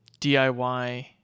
DIY